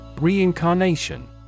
Reincarnation